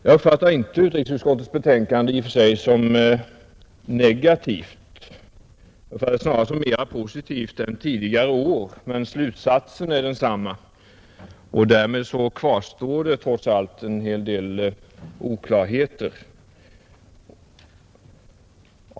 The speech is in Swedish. Jag uppfattar inte utrikesutskottets betänkande i och för sig som negativt — jag uppfattar det snarare som mera positivt än tidigare år. Men slutsatsen är densamma, och därmed kvarstår det trots allt en hel del oklarheter.